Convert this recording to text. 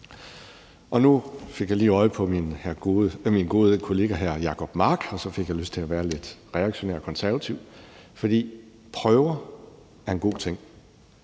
Nu fik jeg lige øje på min gode kollega hr. Jacob Mark, og så fik jeg lyst til at være lidt reaktionær og konservativ. For jeg mener, at prøver er en god ting,